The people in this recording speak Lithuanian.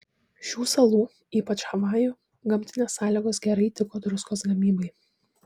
šių salų ypač havajų gamtinės sąlygos gerai tiko druskos gamybai